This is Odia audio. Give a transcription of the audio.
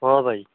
ହଁ ଭାଇ